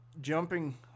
jumping